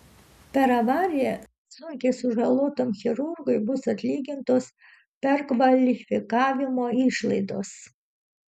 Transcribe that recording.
per avariją sunkiai sužalotam chirurgui bus atlygintos perkvalifikavimo išlaidos